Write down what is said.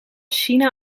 china